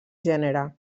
gènere